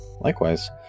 likewise